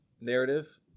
narrative